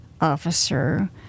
officer